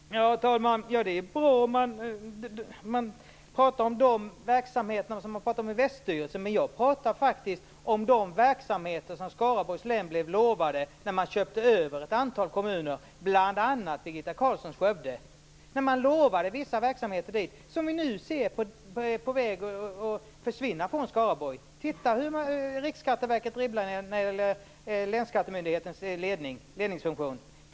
Herr talman! Det är bra om det gäller de verksamheter som man pratar om i väststyrelsen. Men jag pratar faktiskt om de verksamheter som Skaraborgs län blev lovat när man köpte ett par kommuner, bl.a. Birgitta Carlssons Skövde. Man lovade vissa verksamheter dit. Vi ser nu hur de är på väg att försvinna från Skaraborg. Se hur Riksskatteverket dribblar när det gäller Länsskattemyndighetens ledningsfunktion.